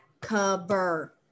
cover